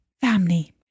family